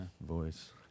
voice